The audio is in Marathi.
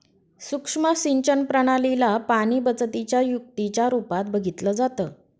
सुक्ष्म सिंचन प्रणाली ला पाणीबचतीच्या युक्तीच्या रूपात बघितलं जातं